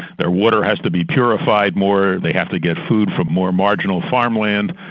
their water has to be purified more, they have to get food from more marginal farmland.